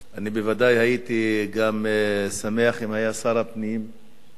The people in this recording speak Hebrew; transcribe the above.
בוודאי הייתי שמח גם אם היה שר הפנים כאן.